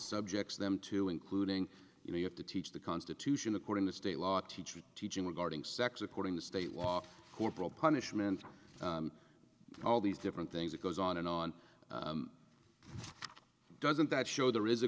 subjects them to including you have to teach the constitution according to state law teachers teaching regarding sex according to state law corporal punishment for all these different things it goes on and on doesn't that show there is a